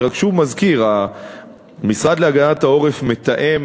אני רק שוב מזכיר: המשרד להגנת העורף מתאם,